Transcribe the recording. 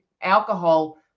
alcohol